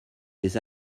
des